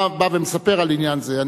אתה בא ומספר על עניין זה.